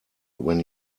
when